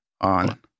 On